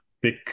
big